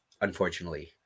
unfortunately